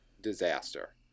disaster